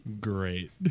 Great